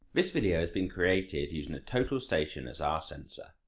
this video has been created using a total station as our sensor.